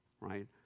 right